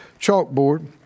chalkboard